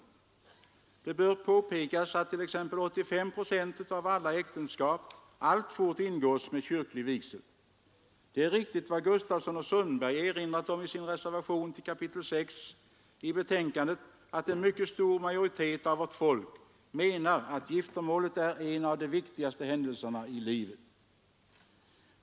Det bör påpekas att 85 procent av alla äktenskap alltfort ingås med kyrklig vigsel. Det är riktigt vad Torsten Gustafsson och Ingrid Sundberg erinrat om i sin reservation till kapitel 6 i betänkandet, nämligen att en mycket stor majoritet av vårt folk menar att ”giftermålet är en av de viktigaste händelserna i livet”.